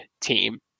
team